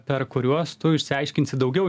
per kuriuos tu išsiaiškinsi daugiau